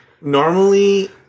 normally